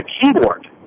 keyboard